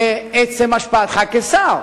עצם השפעתך כשר,